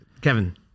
Kevin